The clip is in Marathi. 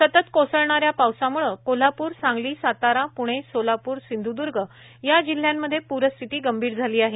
सतत कोसळणाऱ्या पावसामुळं विशेशतः कोल्हापूर सांगली सातारा पुणे सोलापूर सिंधुद्ग या जिल्हयांमध्ये पूरस्थिती गंभीर झाली आहे